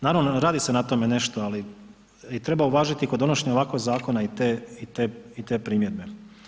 Naravno radi se na tome nešto, ali i treba uvažiti kod donošenja ovakvih zakona i te primjedbe.